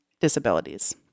disabilities